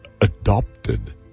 adopted